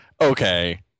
okay